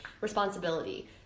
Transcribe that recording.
responsibility